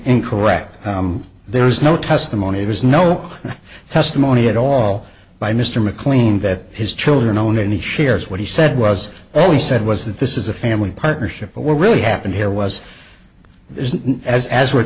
incorrect there is no testimony it was no testimony at all by mr mclean that his children own any shares what he said was all he said was that this is a family partnership but what really happened here was is that as as we're